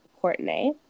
Courtney